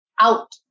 out